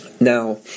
Now